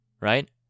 right